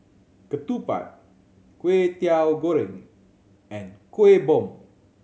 ketupat Kway Teow Goreng and Kueh Bom